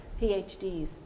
PhDs